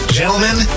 gentlemen